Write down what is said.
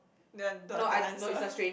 the don't want to answer